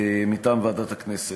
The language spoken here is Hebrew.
מטעם ועדת הכנסת.